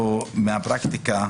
יודע מהפרקטיקה,